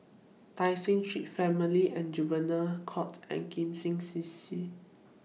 Tai Seng Street Family and Juvenile Court and Kim Seng C C